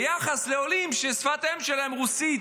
ביחס לעולים ששפת האם שלהם רוסית,